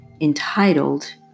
entitled